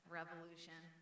revolution